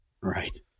Right